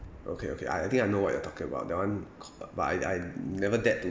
okay okay I I think I know what you are talking about that one uh but I I never dare to